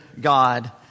God